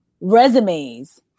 resumes